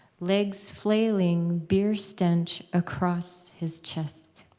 legs flailing, beer stench across his chest.